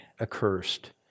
accursed